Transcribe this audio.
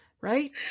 Right